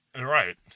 Right